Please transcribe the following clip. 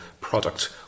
product